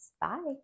Bye